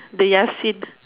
they are seen